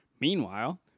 Meanwhile